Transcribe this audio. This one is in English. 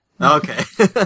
okay